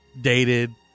Dated